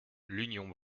l’union